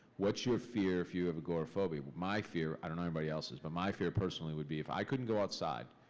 what's your fear if you have agoraphobia? well, but my fear. i don't know anybody else's, but my fear, personally, would be if i couldn't go outside,